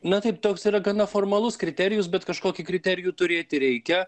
na taip toks yra gana formalus kriterijus bet kažkokį kriterijų turėti reikia